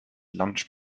lunch